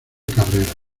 carreras